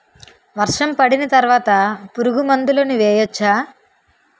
వర్షం పడిన తర్వాత పురుగు మందులను వేయచ్చా?